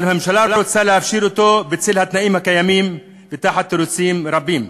אבל הממשלה רוצה להפשיר אותו בצל התנאים הקיימים ותחת תירוצים רבים.